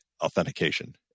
authentication